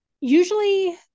usually